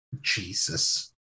Jesus